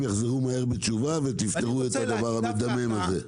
יחזרו מהר בתשובה ותפתרו את הדבר המדמם הזה.